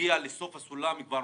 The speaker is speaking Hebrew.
להגיע לסוף הסולם מהר.